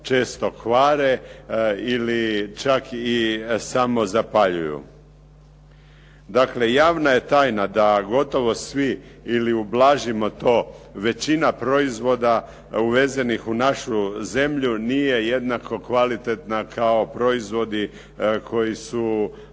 često kvare ili čak i samozapaljuju. Dakle, javna je tajna da gotovo svi ili ublažimo to, većina proizvoda uvezenih u našu zemlju nije jednako kvalitetna kao proizvodi koji su